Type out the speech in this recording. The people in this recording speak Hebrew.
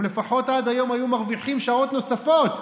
הם לפחות עד היום היו מרוויחים שעות נוספות.